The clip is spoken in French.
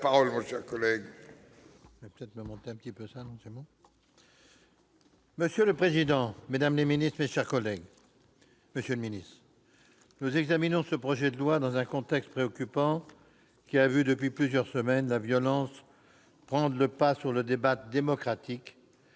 Monsieur le président, mesdames les ministres, mes chers collègues, nous examinons ce projet de loi dans un contexte préoccupant, qui a vu depuis plusieurs semaines la violence prendre le pas sur le débat démocratique,